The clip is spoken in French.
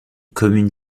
commune